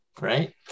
right